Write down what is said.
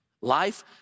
Life